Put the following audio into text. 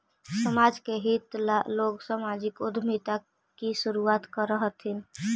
समाज के हित ला लोग सामाजिक उद्यमिता की शुरुआत करअ हथीन